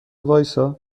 وایستا